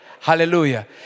Hallelujah